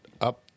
up